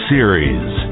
Series